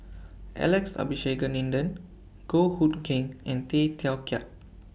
Alex Abisheganaden Goh Hood Keng and Tay Teow Kiat